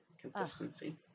consistency